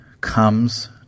comes